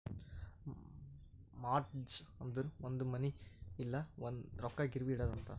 mortgage ಅಂದುರ್ ಒಂದ್ ಮನಿ ಇಲ್ಲ ರೊಕ್ಕಾ ಗಿರ್ವಿಗ್ ಇಡದು ಅಂತಾರ್